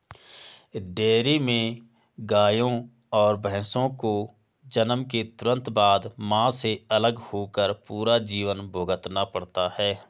dairy में गायों और भैंसों को जन्म के तुरंत बाद, मां से अलग होकर पूरा जीवन भुगतना पड़ता है